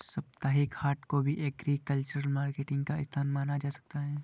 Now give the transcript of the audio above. साप्ताहिक हाट को भी एग्रीकल्चरल मार्केटिंग का स्थान माना जा सकता है